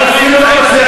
חבר הכנסת